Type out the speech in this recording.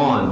on